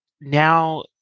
now